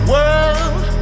World